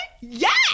yes